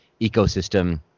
ecosystem